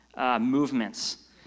movements